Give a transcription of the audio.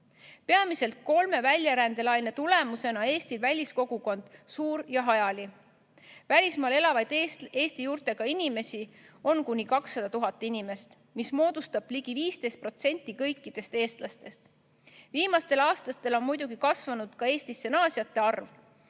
Peamiselt kolme väljarändelaine tulemusena on eesti väliskogukond suur ja hajali. Välismaal elavaid eesti juurtega inimesi on kuni 200 000, mis moodustab ligi 15% kõikidest eestlastest. Viimastel aastatel on muidugi kasvanud ka Eestisse naasjate arv,